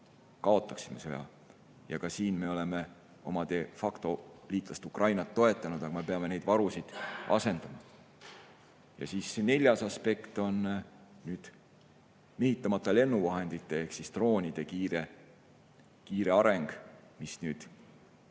kaotame sõja. Ka siin me oleme omade factoliitlast Ukrainat toetanud, aga me peame neid varusid asendama. Neljas aspekt on mehitamata lennuvahendite ehk droonide kiire areng, mis